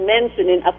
mentioning